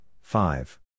five